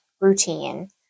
routine